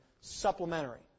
supplementary